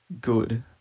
good